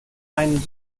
einen